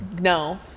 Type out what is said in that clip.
No